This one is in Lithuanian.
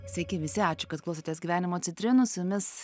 sveiki visi ačiū kad klausotės gyvenimo citrinų su jumis